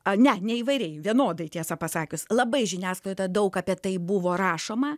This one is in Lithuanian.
a ne ne įvairiai vienodai tiesą pasakius labai žiniasklaidoj daug apie tai buvo rašoma